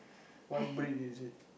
what breed is it